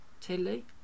Tilly